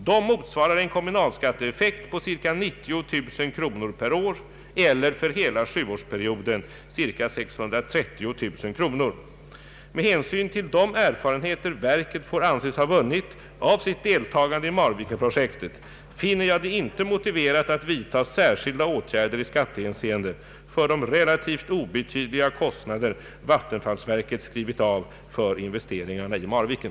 De motsvarar en kommunalskatteeffekt på ca 90 000 kronor per år eller för hela sjuårsperioden ca 630 000 kronor. Med hänsyn till de erfarenheter verket får anses ha vunnit av sitt deltagande i Marvikenprojektet finner jag det inte motiverat att vidta särskilda åtgärder i skattehänseende för de relativt obetydliga kostnader vattenfallsverket skrivit av för investeringarna i Marviken.